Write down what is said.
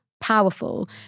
powerful